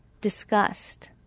disgust